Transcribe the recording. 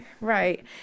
Right